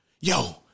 yo